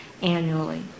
annually